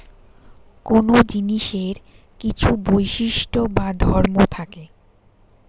কোন জিনিসের কিছু বৈশিষ্ট্য বা ধর্ম থাকে